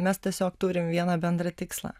mes tiesiog turim vieną bendrą tikslą